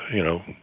you know,